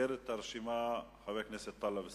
וסוגר את הרשימה, חבר הכנסת טלב אלסאנע.